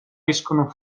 escono